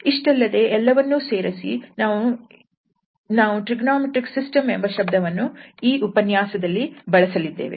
ಇಷ್ಟಲ್ಲದೇ ಎಲ್ಲವನ್ನೂ ಸೇರಿಸಿ ನಾವು ಟ್ರಿಗೊನೋಮೆಟ್ರಿಕ್ ಸಿಸ್ಟಮ್ ಎಂಬ ಶಬ್ದವನ್ನು ಈ ಉಪನ್ಯಾಸದಲ್ಲಿ ಬಳಸಲಿದ್ದೇವೆ